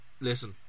listen